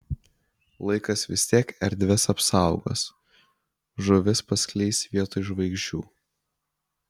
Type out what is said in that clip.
laikas vis tiek erdves apsaugos žuvis paskleis vietoj žvaigždžių